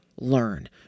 learn